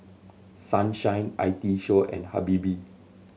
Sunshine I T Show and Habibie